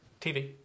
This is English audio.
TV